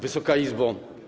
Wysoka Izbo!